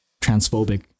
transphobic